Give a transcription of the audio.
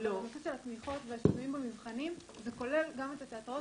הנושא של התמיכות והשינויים במבחנים זה כולל גם את התיאטראות,